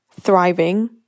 thriving